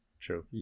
true